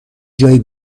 جایی